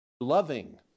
loving